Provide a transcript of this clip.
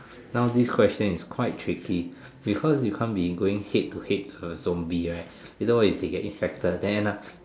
now this question is quite tricky because you can't be going head to head with a zombie right either way you get infected then after